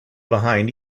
behind